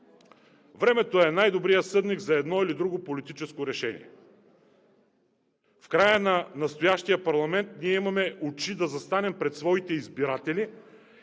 времето е най-добрият съдник за едно или друго политическо решение. В края на настоящия парламент ние имаме очи да застанем пред своите избиратели